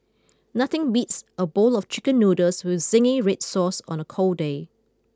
nothing beats a bowl of chicken noodles with zingy red sauce on a cold day